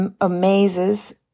amazes